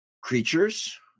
creatures